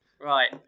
Right